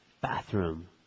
Bathroom